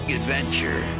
adventure